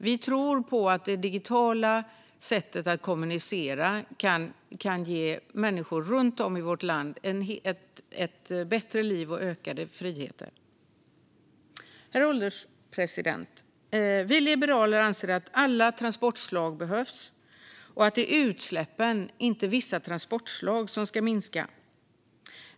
Vi tror på att det digitala sättet att kommunicera kan ge människor runt om i vårt land ett bättre liv och ökade friheter. Herr ålderspresident! Vi liberaler anser att alla transportslag behövs och att det är utsläppen, inte vissa transportslag, som ska minska.